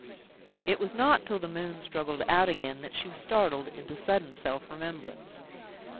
it was not till the moon struggled out again that she was startled into sudden self-remembrance.